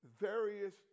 various